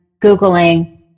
Googling